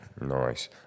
Nice